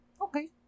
Okay